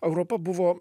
europa buvo